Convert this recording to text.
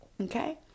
Okay